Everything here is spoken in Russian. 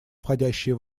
входящие